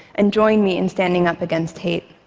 and join me in standing up against hate.